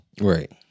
Right